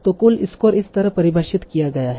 तो कुल स्कोर इस तरह परिभाषित किया गया है